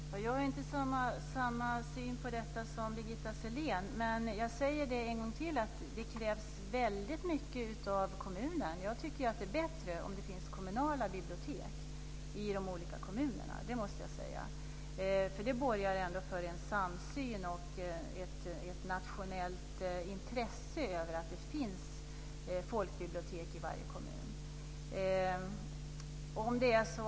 Fru talman! Jag har inte samma syn på detta som Birgitta Sellén. Jag vill än en gång säga att det krävs väldigt mycket av kommunen. Jag tycker att det är bättre om det finns kommunala bibliotek i de olika kommunerna. Det måste jag säga. Det borgar ändå för en samsyn och ett nationellt intresse för att det finns folkbibliotek i varje kommun.